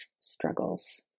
struggles